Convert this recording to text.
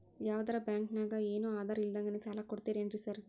ಯಾವದರಾ ಬ್ಯಾಂಕ್ ನಾಗ ಏನು ಆಧಾರ್ ಇಲ್ದಂಗನೆ ಸಾಲ ಕೊಡ್ತಾರೆನ್ರಿ ಸಾರ್?